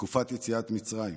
בתקופת יציאת מצרים,